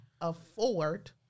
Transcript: afford